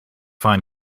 find